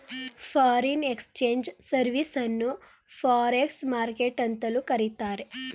foreign exchange service ಅನ್ನು forex market ಅಂತಲೂ ಕರಿತಾರೆ